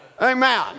Amen